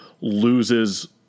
loses